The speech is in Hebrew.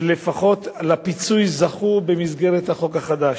לפחות לפיצוי זכו במסגרת החוק החדש.